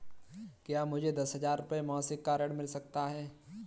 क्या मुझे दस हजार रुपये मासिक का ऋण मिल सकता है?